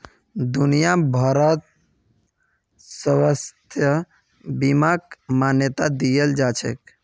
दुनिया भरत स्वास्थ्य बीमाक मान्यता दियाल जाछेक